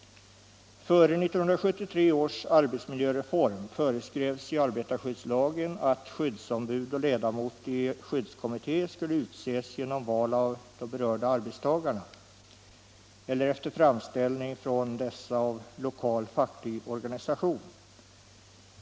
Före 1973 års arbetsmiljöreform föreskrevs i arbetarskyddslagen att skyddsombud och ledamot i skyddskommitté skulle utses genom val av de berörda arbetstagarna eller efter framställning från dessa av lokal facklig organisation.